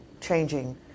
changing